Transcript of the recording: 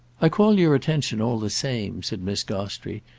i call your attention, all the same, said miss gostrey,